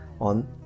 on